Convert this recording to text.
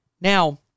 Now